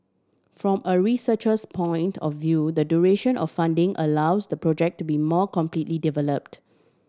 from a researcher's point of view the duration of funding allows the project to be more completely developed